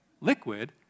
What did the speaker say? liquid